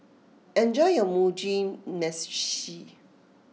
enjoy your Mugi Meshi